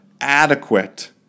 adequate